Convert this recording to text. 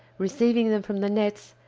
receiving them from the nets,